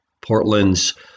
Portland's